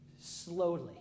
slowly